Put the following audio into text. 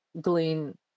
glean